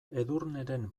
edurneren